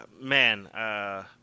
man –